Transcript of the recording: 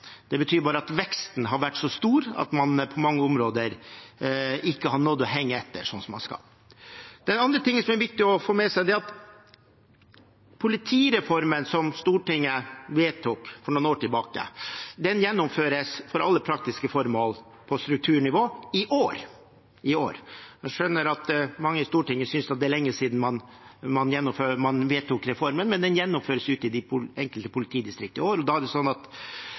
det betyr bare at veksten har vært så stor at man på mange områder ikke har nådd det man skal, og henger etter. Den andre tingen som er viktig å få med seg, er at politireformen som Stortinget vedtok for noen år siden, gjennomføres for alle praktiske formål på strukturnivå i år – i år. Jeg skjønner at mange i Stortinget synes det er lenge siden man vedtok reformen, men den gjennomføres ute i de enkelte politidistrikt i år. Reformen, som først og fremst er en kvalitetsreform – det